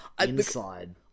Inside